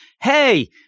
hey –